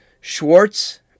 Schwartz